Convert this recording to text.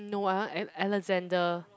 no I want Ale~ Alexander